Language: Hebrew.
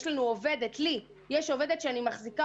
יש לנו עובדת שאני מחזיקה